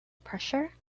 pressure